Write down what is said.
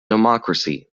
democracy